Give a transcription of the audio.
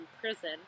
prison